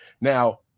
Now